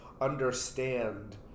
understand